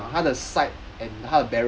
(uh huh)